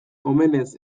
omenez